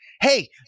hey